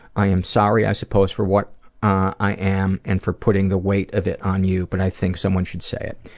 i am sorry, i suppose, for what i am and for putting the weight of it on you but i think someone should say it.